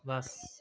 ਬਸ